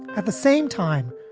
at the same time,